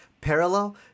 parallel